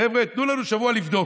חבר'ה, נתנו לנו שבוע לבדוק.